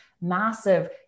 massive